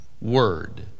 Word